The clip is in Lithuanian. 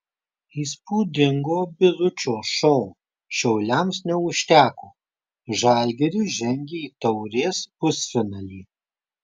įspūdingo biručio šou šiauliams neužteko žalgiris žengė į taurės pusfinalį